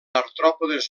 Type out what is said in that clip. artròpodes